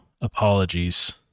apologies